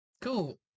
Cool